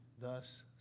thus